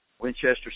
Winchester